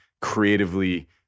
creatively